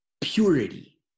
purity